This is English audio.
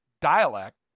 dialect